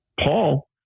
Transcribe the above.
Paul